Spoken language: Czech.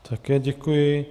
Také děkuji.